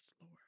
Lord